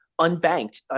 unbanked